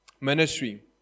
ministry